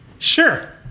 Sure